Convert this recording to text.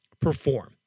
perform